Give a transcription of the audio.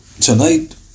tonight